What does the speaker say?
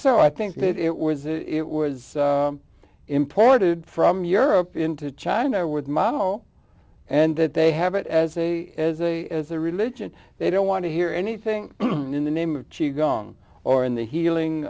so i think that it was it was imported from europe into china i would model and that they have it as a as a as a religion they don't want to hear anything in the name of cheese gong or in the healing